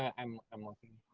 and i'm looking.